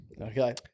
Okay